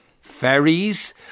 ferries